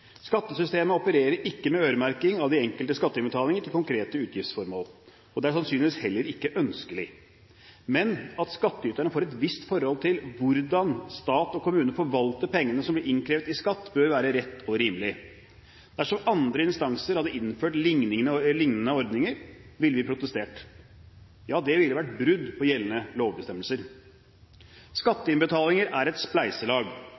Skattesystemet opererer ikke med øremerking av de enkelte skatteinnbetalinger til konkrete utgiftsformål, og det er sannsynligvis heller ikke ønskelig. Men at skattyterne får et visst forhold til hvordan staten og kommunene forvalter pengene som blir innkrevet i skatt, bør være rett og rimelig. Dersom andre instanser hadde innført lignende ordninger, ville vi protestert. Ja, det ville vært brudd på gjeldende lovbestemmelser. Skatteinnbetalinger er et spleiselag,